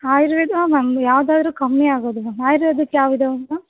ಆಯುರ್ವೇದ ಹಾಂ ಮ್ಯಾಮ್ ಯಾವುದಾದ್ರು ಕಮ್ಮಿ ಆಗೋದು ಮ್ಯಾಮ್ ಆಯುರ್ವೇದಿಕ್ ಯಾವುದಿದೆ ಮ್ಯಾಮ್